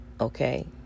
okay